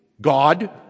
God